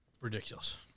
Ridiculous